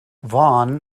vaughan